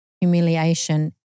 humiliation